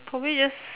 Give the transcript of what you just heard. probably just